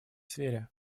сфере